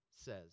says